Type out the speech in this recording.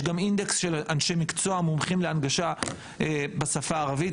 יש גם אינדקס של אנשי מקצוע מומחים להנגשה בשפה הערבית.